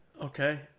Okay